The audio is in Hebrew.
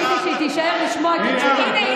ציפיתי שהיא תישאר לשמוע את התשובה.